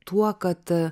tuo kad